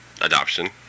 adoption